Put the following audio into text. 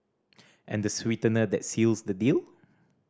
and the sweetener that seals the deal